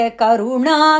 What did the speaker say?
karuna